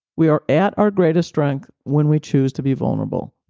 we are at our greatest strength when we choose to be vulnerable.